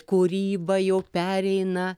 kūryba jau pereina